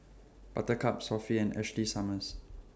Buttercup Sofy and Ashley Summers